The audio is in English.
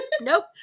Nope